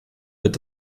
wird